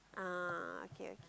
ah okay okay